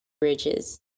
bridges